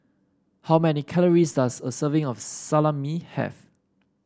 how many calories does a serving of Salami have